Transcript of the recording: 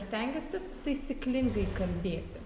stengiasi taisyklingai kalbėti